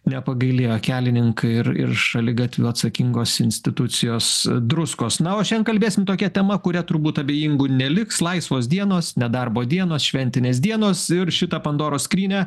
nepagailėjo kelininkai ir ir šaligatvių atsakingos institucijos druskos na o šian kalbėsim tokia tema kuria turbūt abejingų neliks laisvos dienos nedarbo dienos šventinės dienos ir šitą pandoros skrynią